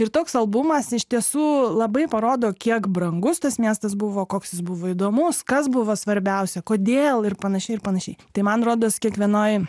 ir toks albumas iš tiesų labai parodo kiek brangus tas miestas buvo koks jis buvo įdomus kas buvo svarbiausia kodėl ir panašiai ir panašiai tai man rodos kiekvienoj